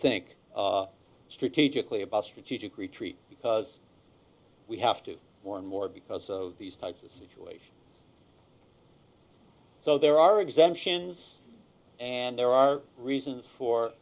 think strategically about strategic retreat because we have to more and more because of these types of situations so there are exemptions and there are reasons for